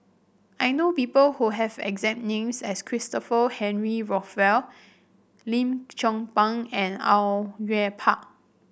I know people who have exact names as Christopher Henry Rothwell Lim Chong Pang and Au Yue Pak